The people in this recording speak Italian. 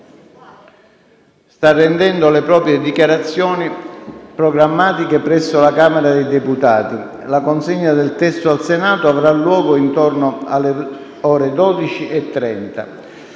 sta rendendo le proprie dichiarazioni programmatiche presso la Camera dei deputati. La consegna del testo al Senato avrà luogo intorno alle ore 12,30.